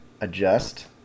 adjust